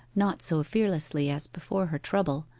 not so fearlessly as before her trouble,